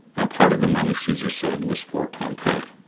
a part of the money, caesar said, was for pompey.